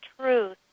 truth